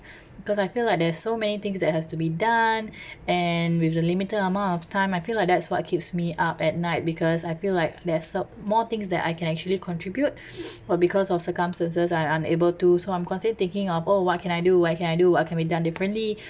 because I feel like there's so many things that has to be done and with the limited amount of time I feel like that's what keeps me up at night because I feel like there's uh more things that I can actually contribute but because of circumstances I'm unable to so I'm constantly thinking of oh what can I do why can't I do what can be done differently